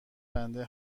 بنده